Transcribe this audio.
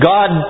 God